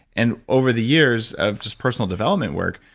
and over the years of just personal development work,